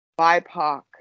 BIPOC